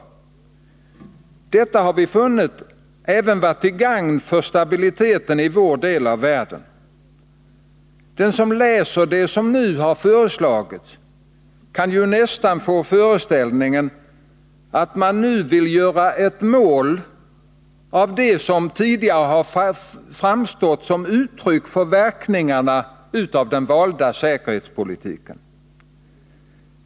Detta har vi funnit även vara till gagn för stabiliteten i vår del av världen. Den som läser det som nu har föreslagits kan ju nästan få föreställningen att man nu vill göra en målsättning av det som tidigare framstått som uttryck för verkningarna av den valda säkerhetspolitiken.